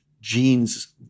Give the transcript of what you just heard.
genes